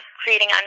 creating